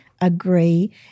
agree